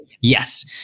yes